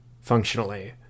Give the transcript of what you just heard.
functionally